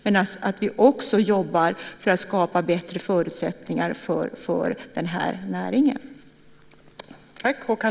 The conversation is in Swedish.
Men vi ska också jobba för att skapa bättre förutsättningar för näringen.